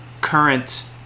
current